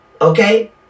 Okay